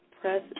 Press